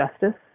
justice